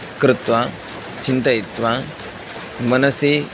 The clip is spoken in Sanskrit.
कृत्वा चिन्तयित्वा मनसि